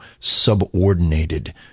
subordinated